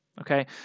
Okay